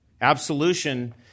Absolution